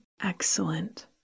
excellent